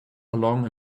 along